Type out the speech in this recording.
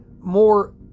more